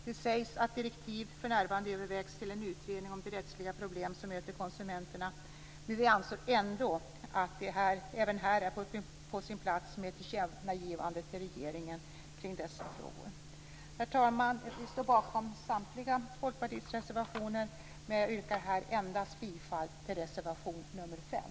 Det sägs att direktiv för närvarande övervägs till en utredning om de rättsliga problem som möter konsumenterna, men vi anser ändå att det även här är på sin plats med ett tillkännagivande till regeringen kring dessa frågor. Herr talman! Jag står bakom samtliga Folkpartiets reservationer, men jag yrkar bifall endast till reservation nr 5.